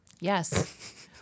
Yes